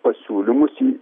pasiūlymus į